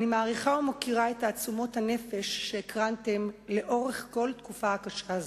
אני מעריכה ומוקירה את תעצומות הנפש שהקרנתם לאורך כל התקופה הקשה הזאת,